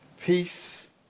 peace